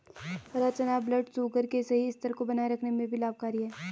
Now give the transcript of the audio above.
हरा चना ब्लडशुगर के सही स्तर को बनाए रखने में भी लाभकारी है